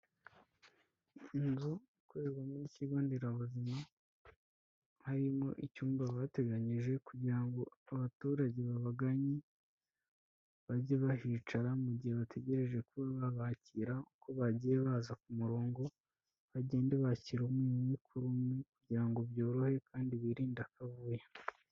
Inzu nkorerwamo n'ikigo nderabuzima harimo icyumba bateganyije kugira ngo abaturage babagannye bajye bahicara mu gihe bategereje ko babakira uko bagiye baza ku murongo, bagende bakira umwe umwe kuri umwe kugira ngo byorohe kandi birinde akavuyo.